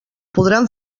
podran